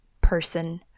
person